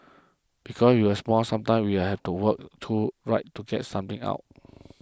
because we are small sometimes we have to work through right to get something out